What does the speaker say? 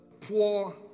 poor